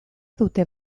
dute